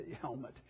helmet